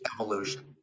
evolution